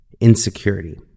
insecurity